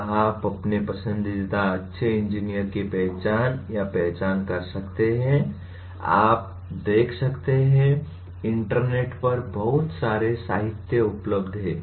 क्या आप अपने पसंदीदा अच्छे इंजीनियर की पहचान या पहचान कर सकते हैं आप देख सकते हैं इंटरनेट पर बहुत सारे साहित्य उपलब्ध हैं